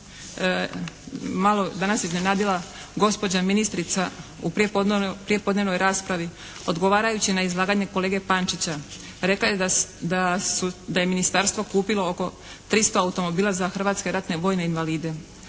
način malo danas iznenadila gospođa ministrica u prijepodnevnoj raspravi odgovarajući na izlaganje kolege Pančića. Rekla je da je ministarstvo kupilo oko 300 automobila za hrvatske ratne vojne invalide